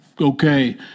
okay